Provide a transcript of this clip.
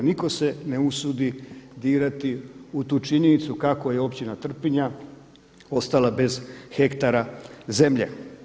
Nitko se ne usudi dirati u tu činjenicu kako je Općina Trpinja ostala bez hektara zemlje.